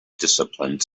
disciplines